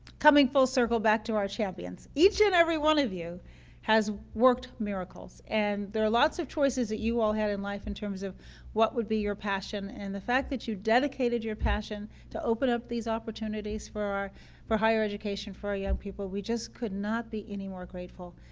coming full circle back to our champions. each and every one of you has worked miracles and there are lots of choice you all had in life in terms of what would be your passion and the fact that you dedicated your passion to open up these opportunities for our for higher education for our young people, we just could not be any more grateful.